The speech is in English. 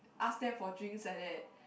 ask them for drinks like that